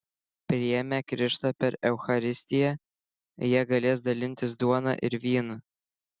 priėmę krikštą per eucharistiją jie galės dalintis duona ir vynu